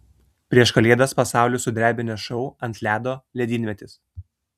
prieš kalėdas pasaulį sudrebinęs šou ant ledo ledynmetis